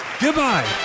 Goodbye